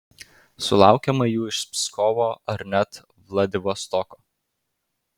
sulaukiama jų iš pskovo ar net vladivostoko